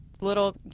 little